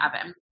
oven